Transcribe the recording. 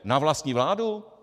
Na vlastní vládu?